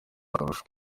akarusho